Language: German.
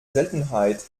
seltenheit